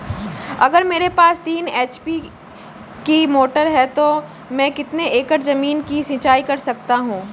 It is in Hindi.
अगर मेरे पास तीन एच.पी की मोटर है तो मैं कितने एकड़ ज़मीन की सिंचाई कर सकता हूँ?